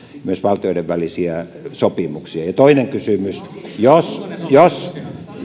myös valtioiden välisiä sopimuksia ja toinen kysymys jos